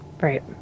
Right